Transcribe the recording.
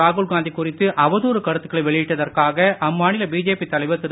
ராகுல் காந்தி குறித்து அவதூறு கருத்துக்களை வெளியிட்டதற்காக அம்மாநில பிஜேபி தலைவர் திரு